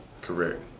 Correct